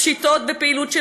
פשיטות ופעילות המשטרה,